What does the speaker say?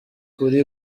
kuri